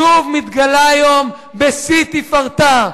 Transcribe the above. שוב מתגלה היום בשיא תפארתה.